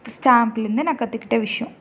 இந்த ஸ்டாம்ப்புலேருந்து நான் கற்றுக்கிட்ட விஷயம்